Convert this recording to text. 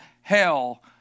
hell